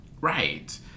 Right